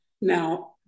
now